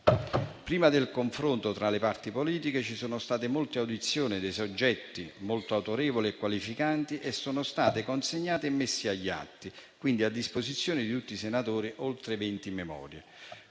Prima del confronto tra le parti politiche ci sono state molte audizioni di soggetti autorevoli e qualificati; sono state consegnate e messe agli atti, e sono a disposizione di tutti i senatori, oltre venti memorie.